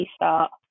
restart